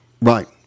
Right